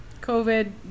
COVID